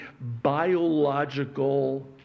biological